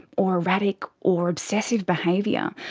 or erratic or obsessive behaviour.